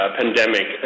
pandemic